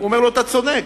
אומר לו: אתה צודק.